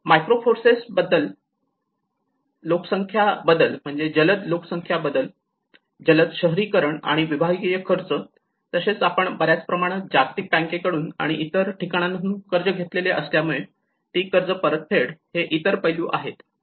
macro forces लोकसंख्या बदल म्हणजेच जलद लोकसंख्या बद्दल जलद शहरीकरण आणि विभागीय खर्च तसेच आपण बऱ्याच प्रमाणात जागतिक बँकेकडून आणि इतर ठिकाणांहून कर्ज घेतलेले असल्यामुळे ती कर्ज परतफेड हे इतर पैलू आहेत